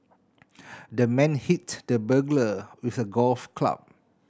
the man hit the burglar with a golf club